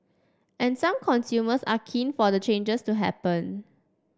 and some consumers are keen for the changes to happen